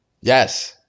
Yes